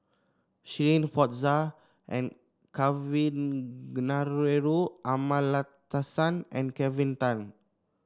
Shirin Fozdar and Kavignareru Amallathasan and Kelvin Tan